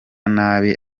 nabi